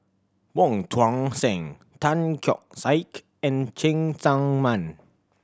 Wong Tuang Seng Tan Keong Saik and Cheng Tsang Man